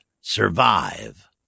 survive